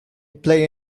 play